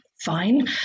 Fine